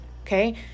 okay